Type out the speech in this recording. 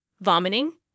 Vomiting